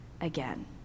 again